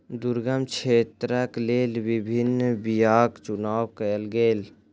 दुर्गम क्षेत्रक लेल विभिन्न बीयाक चुनाव कयल गेल